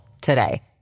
today